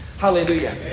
Hallelujah